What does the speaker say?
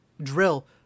drill